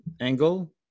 angle